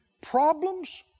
problems